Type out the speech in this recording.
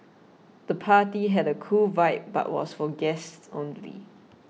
the party had a cool vibe but was for guests only